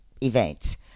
events –